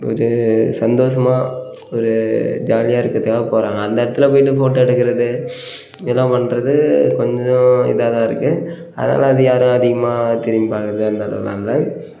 ஒரு சந்தோசமாக ஒரு ஜாலியாக இருக்கிறதுக்காக போகிறாங்க அந்த இடத்துல போய்ட்டு ஃபோட்டோ எடுக்கிறது இதெல்லாம் பண்ணுறது கொஞ்சம் இதாக தான் இருக்குது அதனால் அது யாரும் அதிகமாக திரும்பி பார்க்கறதுக்கு அந்த அளவுலாம் இல்லை